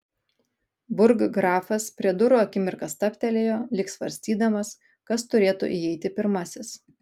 burggrafas prie durų akimirką stabtelėjo lyg svarstydamas kas turėtų įeiti pirmasis